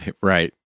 Right